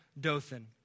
Dothan